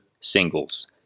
singles